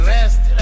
Rest